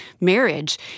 marriage